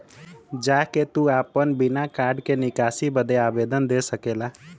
जा के तू आपन बिना कार्ड के निकासी बदे आवेदन दे सकेला